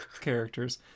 characters